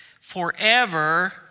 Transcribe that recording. forever